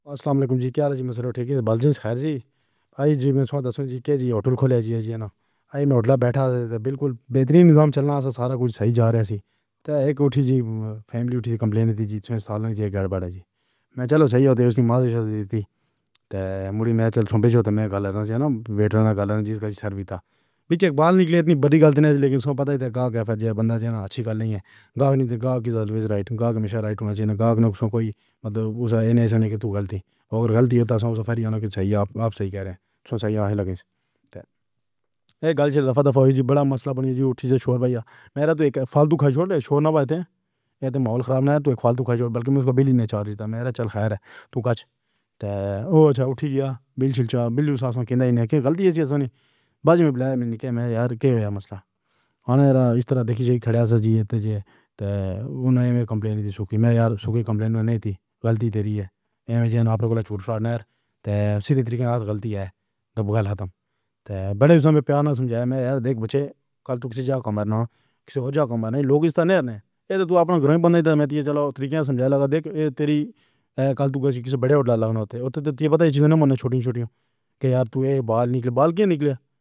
السلام وعلیکم جی، کیا حال ہے جی؟ میں صرف ٹھیک ہی باجی خیر جی۔ آج جی میں تہانوں دسویں کلاس ہوٹل کھولا جی ہے نا؟ ای ہوٹل بیٹھا ہے تاں بالکل بہترین نظام چلنا سا، سارا کجھ صحیح جا رہا تھا۔ اک اُٹھی جی فیملی اُٹھی کمپلین دی سی، سالن نال گڑبڑ ہے جی۔ میں چلو صحیح ہو تیری ماں دے دیتی۔ مڑی میں چلوں گا تاں میں گالا ہے نا؟ ویٹر گالا جی، سروسیتا وچ اک بار نکلے، اِتنی وڈی گل نی۔ لیکن پتہ ہے گاہ دے بندے اچھی گالیاں دا نہیں ہے۔ گاہ دی رائٹ، گاہ دی رائٹ ہو۔ کوئی مطلب نہیں کہ توں غلطی تے غلطی ہووے سہی، آپ صحیح کہہ رہے او۔ صحیح لگے۔ گلی دفہ ہو جی، وڈا مسئلہ بݨی جی۔ اُٹھی توں شور میرا تاں اک فالتو چھوڑ۔ شور وچ تے ماحول خراب ہے۔ توں خالی تھک-تھکا بل نہیں چارج تھا۔ میرا چَل خیر تو کر تاں اُٹھی گیا۔ بل دی غلطی نہیں، بزم وچ بُلایا ملی کے یار کیا مسئلہ ہانہا ہے را۔ اِس طرح دیکھی جی کھڑا تھا، جیتتے جی تے ہن اے وچ کمپلین تھی سُکھی۔ میں یار سُکھی کمپلین نہیں تھی۔ غلطی تیری ہے جانا چُھٹ۔ سادھ نے سیدھے طریقے نال غلطی ہے تاں بگاݪاں تے پڑے۔ ہیں پیار نہ سمجھائیں یار۔ دیکھ بچے کل تو جا کماؤا ہو، جا کماؤا لوگ۔ اِتنا نہیں ہے تاں اپنے گھراں بنے چلدے چلو۔ طریقے سمجھ آئے لگے دیکھ تیری کل توں کسے وڈے لاگو تھے۔ اُتے پتہ چھوٹیاں چھوٹیاں دے یار، توں ہی بال نکل، بال دی نکلی۔